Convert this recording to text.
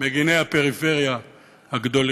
מגיני הפריפריה הגדולים.